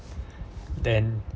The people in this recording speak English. then